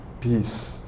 Peace